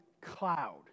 cloud